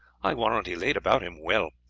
i warrant he laid about him well.